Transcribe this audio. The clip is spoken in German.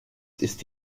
ist